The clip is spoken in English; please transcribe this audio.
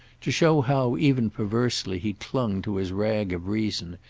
to show how, even perversely, he clung to his rag of reason,